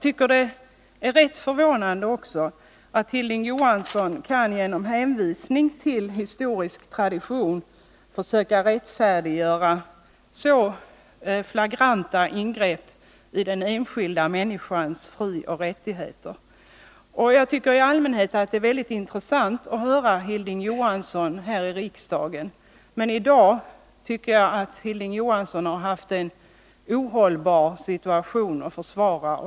Likaså är det förvånande att Hilding Johansson genom att hänvisa till historisk tradition försöker rättfärdiga så flagranta ingrepp i den enskilda människans frioch rättigheter som det här är fråga om. I allmänhet är det intressant att höra vad Hilding Johansson säger här i kammaren, men i dag tycker jag att han har haft en ohållbar situation att försvara.